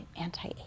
anti